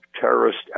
terrorist